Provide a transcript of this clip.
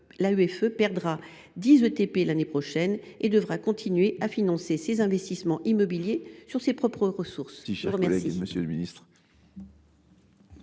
(AEFE) perdra dix ETP l’année prochaine, et devra continuer à financer des investissements immobiliers par ses propres ressources ?